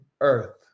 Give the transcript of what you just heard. earth